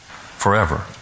forever